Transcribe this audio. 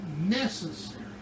necessary